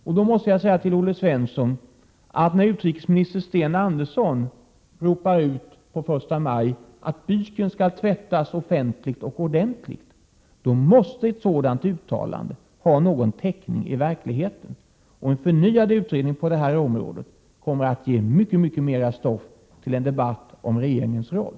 Till Olle Svensson måste jag säga att när utrikesminister Sten Andersson ropar ut på första maj att byken skall tvättas offentligt och ordentligt, då måste ett sådant uttalande ha någon täckning i verkligheten. En förnyad utredning på det här området kommer att ge mycket mera stoff till en debatt om regeringens roll.